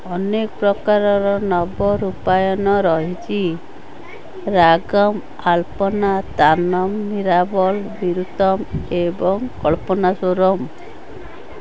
ଅନେକ ପ୍ରକାରର ନବରୂପାୟନ ରହିଛି ରାଗମ୍ ଆଲ୍ପନା ତାନମ୍ ନିରାବଲ ବିରୁତ୍ତମ ଏବଂ କଲ୍ପନାସ୍ଵରମ୍